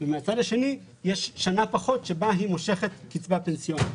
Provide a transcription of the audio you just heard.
ומן הצד השני יש שנה פחות בה היא מושכת קצבה פנסיונית.